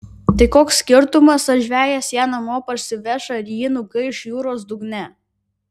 tai koks skirtumas ar žvejas ją namo parsiveš ar ji nugaiš jūros dugne